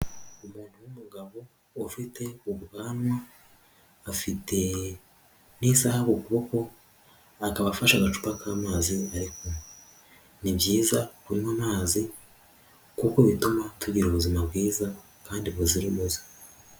Umuntu w'umugabo ufite ubwanwa, afite n'isaha ku kuboko, akaba afashe agacupa k'amazi ari kunywa. Ni byiza kunywa amazi kuko bituma tugira ubuzima bwiza kandi buzira umuze.